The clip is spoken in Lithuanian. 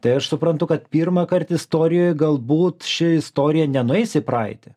tai aš suprantu kad pirmąkart istorijoj galbūt ši istorija nenueis į praeitį